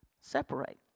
separate